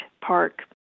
Park